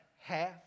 half